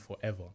forever